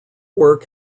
work